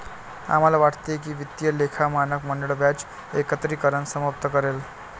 आम्हाला वाटते की वित्तीय लेखा मानक मंडळ व्याज एकत्रीकरण समाप्त करेल